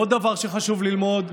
עוד דבר שחשוב ללמוד,